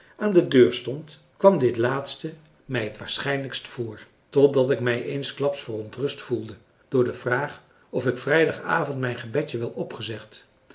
aan de deur stond kwam dit laatste mij het waarschijnlijkst voor totdat ik mij eensklaps verontrust voelde door de vraag of ik vrijdagavond mijn gebedje wel opgezegd